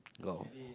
got